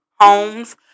homes